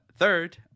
Third